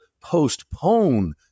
postpone